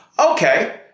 Okay